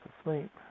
asleep